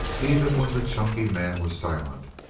even when the chunky man was silent.